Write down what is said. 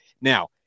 Now